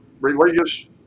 religious